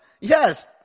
Yes